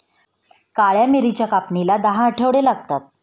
काळ्या मिरीच्या कापणीला दहा आठवडे लागतात